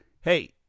hey